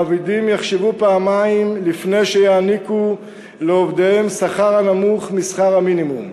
מעבידים יחשבו פעמיים לפני שיעניקו לעובדיהם שכר הנמוך משכר המינימום,